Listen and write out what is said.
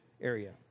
area